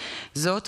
זאת,